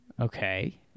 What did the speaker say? Okay